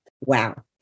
Wow